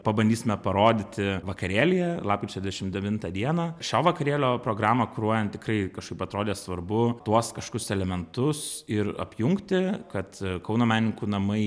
pabandysime parodyti vakarėlyje lapkričio dvidešim devintą dieną šio vakarėlio programą kuruojant tikrai kažkaip atrodė svarbu tuos kažkokius elementus ir apjungti kad kauno menininkų namai